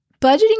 budgeting